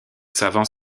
savants